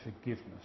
forgiveness